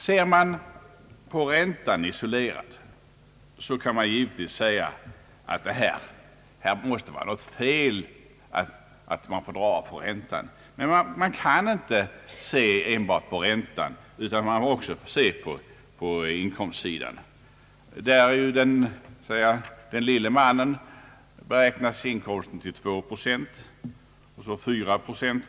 Ser man på räntan isolerad, kan man givetvis säga att det måste vara något fel i systemet genom att räntan får dras av, varigenom den effektiva hyreskostnaden reduceras. Men man kan inte se enbart på räntan, utan man bör också se på inkomstsidan där intäkter beräknas enligt en stigande skala. För den lille mannen beräknas inkomsten till 2 procent av taxeringsvärdet på fastigheten. fedan beräknas 4 procent.